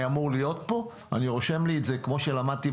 אני ארשום לי את זה לבדיקה